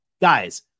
guys